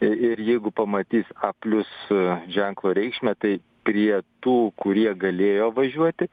ir jeigu pamatys a plius ženklo reikšmę tai prie tų kurie galėjo važiuoti